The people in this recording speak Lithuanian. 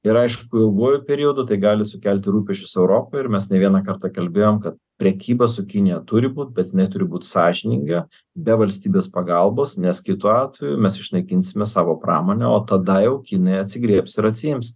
ir aišku ilguoju periodu tai gali sukelti rūpesčių su europa ir mes ne vieną kartą kalbėjom kad prekyba su kinija turi būt bet jinai turi būt sąžininga be valstybės pagalbos nes kitu atveju mes išnaikinsime savo pramonę o tada jau kinai atsigriebs ir atsiims